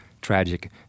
tragic